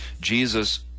Jesus